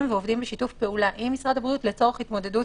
ועובדים בשיתוף פעולה עם משרד הבריאות לצורך התמודדות